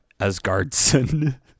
Asgardson